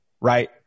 right